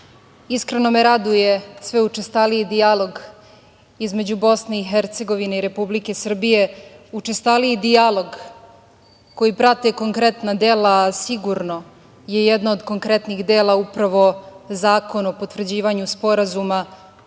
Iskreno me raduje sve učestaliji dijalog između Bosne i Hercegovine i Republike Srbije. Učestaliji dijalog koji prate konkretna dela, sigurno je jedno od konkretnih dela upravo Zakon o potvrđivanju Sporazuma